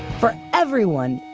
for everyone.